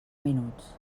minuts